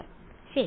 വിദ്യാർത്ഥി ശരി